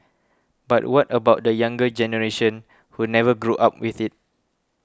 but what about the younger generation who never grew up with it